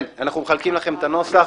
כן, אנחנו מחלקים לכם את הנוסח.